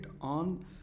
on